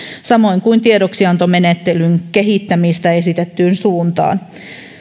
samoin kuin tiedoksiantomenettelyn kehittämistä esitettyyn suuntaan